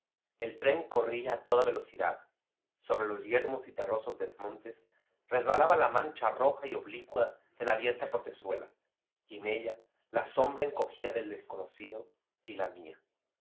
el tren corría a toda velocidad sobre los yermos y terrosos desmontes resbalaba la mancha roja y oblicua de la abierta portezuela y en ella la sombra encogida del desconocido y la mía